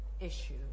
issue